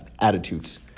attitudes